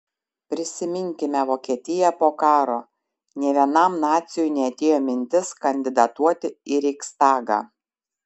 prisiminkime vokietiją po karo nė vienam naciui neatėjo mintis kandidatuoti į reichstagą